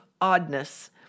oddness